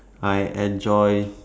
I enjoy